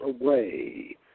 away